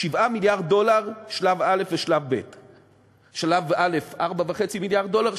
7 מיליארד דולר שלב א' ושלב ב'; שלב א' 4.5 מיליארד דולר,